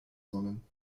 sonden